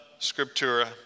scriptura